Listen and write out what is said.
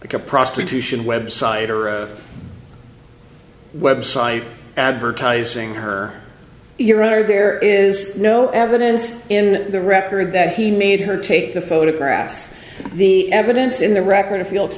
obama a prostitution website or website advertising her your honor there is no evidence in the record that he made her take the photographs the evidence in the record fields